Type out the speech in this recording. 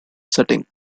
setting